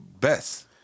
best